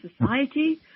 society